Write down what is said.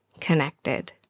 connected